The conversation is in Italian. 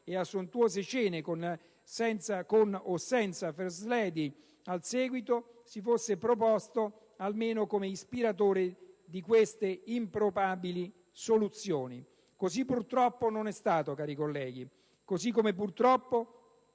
e a sontuose cene con o senza *first lady* al seguito, si fosse proposto almeno come ispiratore di queste improbabili soluzioni. Così purtroppo non è stato, cari colleghi, così come purtroppo